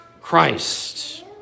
Christ